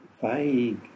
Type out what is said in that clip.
vague